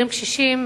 כשמזכירים קשישים,